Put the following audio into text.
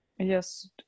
Yes